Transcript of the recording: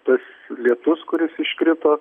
tas lietus kuris iškrito